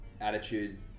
attitude